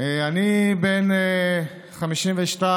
אני בן 52,